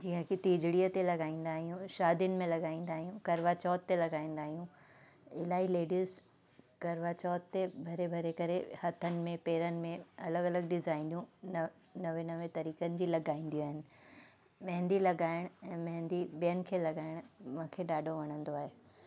जीअं की तीजड़ीअ ते लॻाईंदा आहियूं शादियुन में लॻाईंदा आयूं करवा चौथ ते लॻाईंदा आयूं इलाही लेडीज़ करवा चौथ ते भरे भरे करे हथनि में पेरनि में अलॻि अलॻि डिज़ाइनूं न नवे नवे तरीक़नि जी लॻाईंदियूं आहिनि मेहंदी लॻाइणु ऐं मेहंदी ॿियनि खे लॻाइणु मूंखे ॾाढो वणंदो आहे